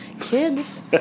Kids